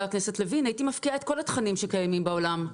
הכנסת לוין הייתי מפקיעה את כל התכנים שקיימים בעולם.